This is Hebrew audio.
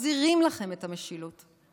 מחזירים לכם את המשילות,